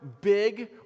big